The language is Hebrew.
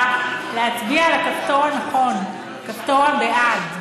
לך יש אצבע להצביע עם הכפתור הנכון, כפתור הבעד.